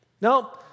No